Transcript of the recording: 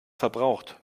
verbraucht